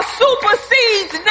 supersedes